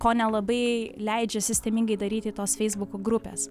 ko nelabai leidžia sistemingai daryti tos feisbuko grupės